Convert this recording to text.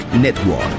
Network